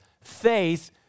faith